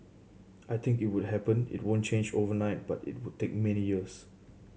I think it would happen it won't change overnight but it would take many years